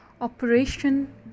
operation